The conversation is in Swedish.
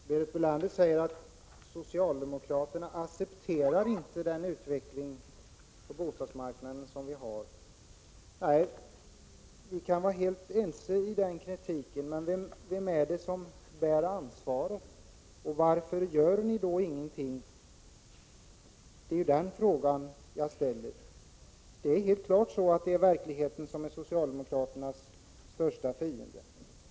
Herr talman! Berit Bölander sade att socialdemokraterna inte accepterar utvecklingen på bostadsmarknaden. Nej, vi kan vara helt ense om detta. Men vem bär ansvaret? Varför gör ni då ingenting? Verkligheten är uppenbarligen socialdemokraternas största fiende.